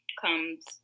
comes